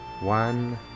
one